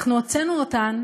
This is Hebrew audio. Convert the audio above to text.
אנחנו הוצאנו אותן,